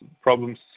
problems